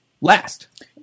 last